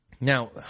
Now